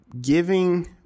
giving